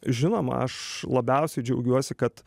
žinoma aš labiausiai džiaugiuosi kad